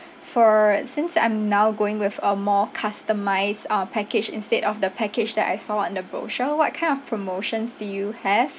for since I'm now going with a more customised uh package instead of the package that I saw on the brochure what kind of promotions do you have